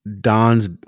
Don's